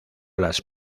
las